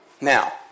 Now